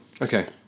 Okay